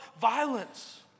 violence